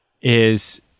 is-